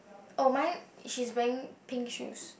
oh mine she's wearing pink shoes